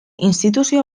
instituzio